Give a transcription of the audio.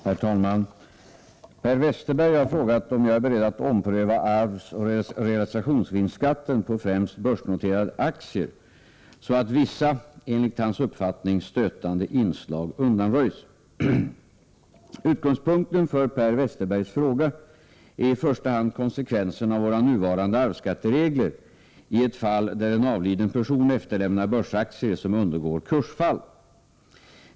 Herr talman! Per Westerberg har frågat om jag är beredd att ompröva arvsoch realisationsvinstsskatten på främst börsnoterade aktier så att vissa — enligt hans uppfattning — stötande inslag undanröjs. Nr 6 Utgångspunkten för Per Westerbergs fråga är i första hand konsekvenserna av våra nuvarande arvsskatteregler i ett fall där en avliden person efterlämnar börsaktier som undergår kursfall.